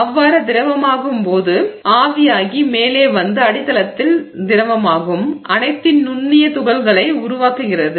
அவ்வாறு திரவமாகும்போது சுருங்கலின் போது ஆவியாகி மேலே வந்து அடித்தளத்தில் திரவமாகும் அனைத்தின் நுண்ணிய துகள்களை உருவாக்குகிறது